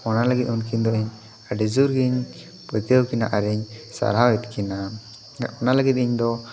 ᱚᱱᱟ ᱞᱟᱹᱜᱤᱫ ᱩᱱᱠᱤᱱ ᱫᱚ ᱤᱧ ᱟᱹᱰᱤ ᱡᱳᱨᱜᱤᱧ ᱯᱟᱹᱛᱭᱟᱹᱣ ᱟᱠᱤᱱᱟ ᱟᱨᱤᱧ ᱥᱟᱨᱦᱟᱣᱮᱫ ᱠᱤᱱᱟ ᱚᱱᱟ ᱞᱟᱹᱜᱤᱫ ᱤᱧ ᱫᱚ